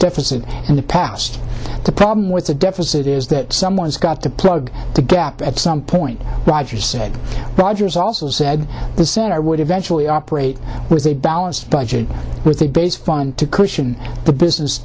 deficit in the past the problem with the deficit is that someone's got to plug the gap at some point roger said rogers also said the center would eventually operate with a balanced budget with a base fund to cushion the business